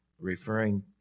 referring